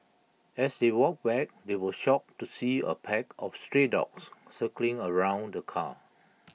as they walked back they were shocked to see A pack of stray dogs circling around the car